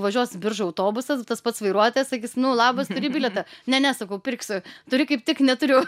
važiuos biržų autobusas tas pats vairuotojas sakys nu labas turi bilietą ne ne sakau pirksiu turi kaip tik neturiu